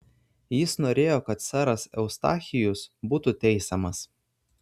jis norėjo kad seras eustachijus būtų teisiamas